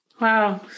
Wow